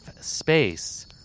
space